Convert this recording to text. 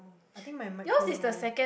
oh I think my mic too low